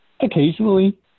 Occasionally